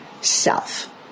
self